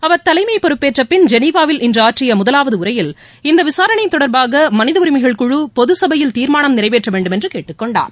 அவர் தலைமை பொறுப்பேற்ற பின் ஜெனிவாவில் இன்று ஆற்றிய முதலாவது உரையில் இந்த விசாரணை தொடர்பாக மனித உரிமைகள் குழு பொது சபையில் தீர்மானம் நிறைவேற்ற வேண்டுமென்று கேட்டுக் கொண்டார்